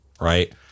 Right